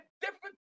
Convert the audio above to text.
different